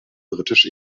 britisch